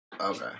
Okay